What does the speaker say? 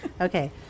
Okay